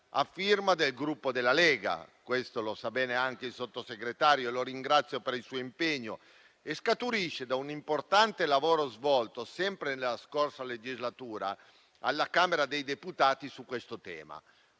a firma del Gruppo Lega - lo sa bene anche il Sottosegretario, che ringrazio per il suo impegno - e scaturisce da un importante lavoro svolto, sempre nella scorsa legislatura, alla Camera dei deputati su questo tema.